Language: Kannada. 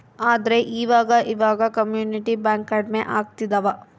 ಆದ್ರೆ ಈವಾಗ ಇವಾಗ ಕಮ್ಯುನಿಟಿ ಬ್ಯಾಂಕ್ ಕಡ್ಮೆ ಆಗ್ತಿದವ